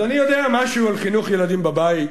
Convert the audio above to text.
אז אני יודע משהו על חינוך ילדים בבית.